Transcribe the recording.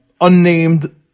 unnamed